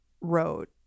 wrote